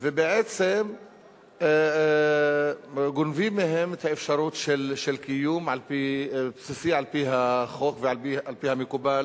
ובעצם גונבים מהם את האפשרות של קיום בסיסי על-פי החוק ועל-פי המקובל